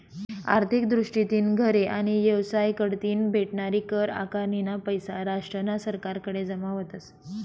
आर्थिक दृष्टीतीन घरे आणि येवसाय कढतीन भेटनारी कर आकारनीना पैसा राष्ट्रना सरकारकडे जमा व्हतस